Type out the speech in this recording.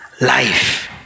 life